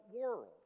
world